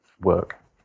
work